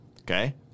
okay